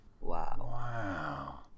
Wow